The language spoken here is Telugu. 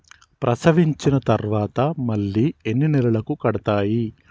ప్రసవించిన తర్వాత మళ్ళీ ఎన్ని నెలలకు కడతాయి?